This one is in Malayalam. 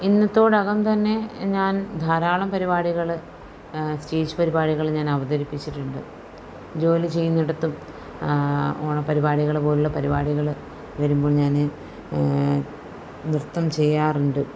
ഇന്നത്തോടകം തന്നെ ഞാൻ ധാരാളം പരിപാടികൾ സ്റ്റേജ് പരിപാടികൾ ഞാൻ അവതരിപ്പിച്ചിട്ടുണ്ട് ജോലി ചെയ്യുന്നിടത്തും ഓണപ്പരിപാടികൾ പോലുള്ള പരിപാടികൾ വരുമ്പോൾ ഞാൻ നൃത്തം ചെയ്യാറുണ്ട്